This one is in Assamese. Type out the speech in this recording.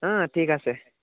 অঁ ঠিক আছে